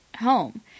home